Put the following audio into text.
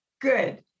Good